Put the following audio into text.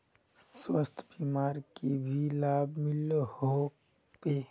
स्वास्थ्य बीमार की की लाभ मिलोहो होबे?